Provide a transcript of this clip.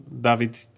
David